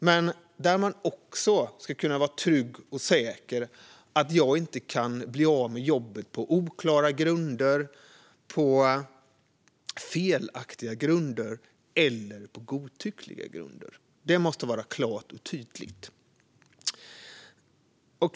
Men man ska också kunna vara trygg och säker på att man inte kan bli av med jobbet på oklar, felaktig eller godtycklig grund. Det måste vara klart och tydligt.